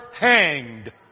hanged